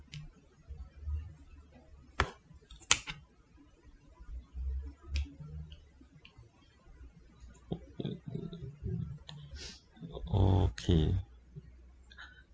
o~ okay